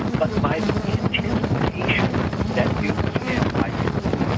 but by the anticipation that new email might come in.